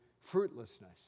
fruitlessness